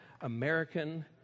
American